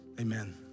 Amen